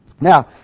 Now